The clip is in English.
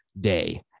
day